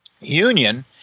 Union